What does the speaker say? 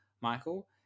Michael